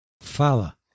Fala